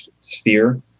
sphere